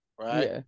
Right